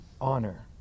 honor